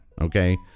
okay